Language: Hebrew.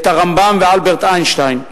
הרמב"ם ואלברט איינשטיין,